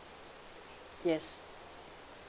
yes